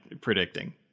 predicting